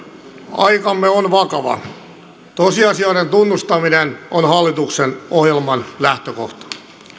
aikamme on vakava tosiasioiden tunnustaminen on hallituksen ohjelman lähtökohta